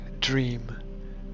dream